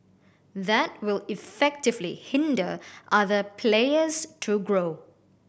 that will effectively hinder other players to grow